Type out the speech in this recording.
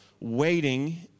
waiting